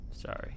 Sorry